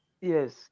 Yes